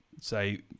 say